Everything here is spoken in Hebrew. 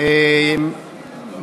לזכאים (תיקוני חקיקה).